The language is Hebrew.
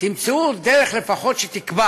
תמצאו דרך שתקבע